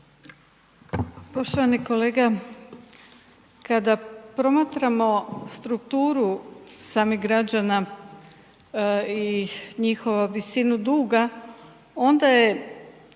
Poštovane kolege, kada promatramo strukturu samih građana i njihovu visinu duga onda je